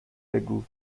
بگو